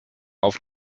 auf